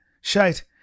shite